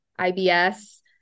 IBS